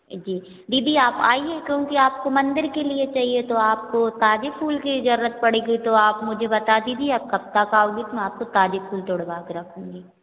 एजी दीदी आप आइये क्योंकि आपको मंदिर के लिये चाहिये तो आपको सारी फूल की जरूरत पड़ेगी तो आप मुझे बता दीजिये आप कब तक आओगी तो मैं आपको ताजे फूल तुड़वा के रखूंगी